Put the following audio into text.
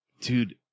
dude